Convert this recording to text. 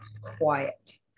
quiet